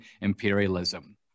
imperialism